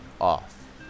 off